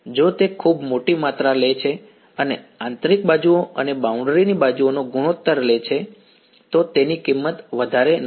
જો તે ખૂબ મોટી માત્રા લે છે અને આંતરિક બાજુઓ અને બાઉન્ડ્રીની બાજુઓનો ગુણોત્તર લે છે તો તેની કિંમત વધારે નથી